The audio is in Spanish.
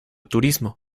turismo